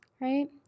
right